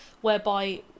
whereby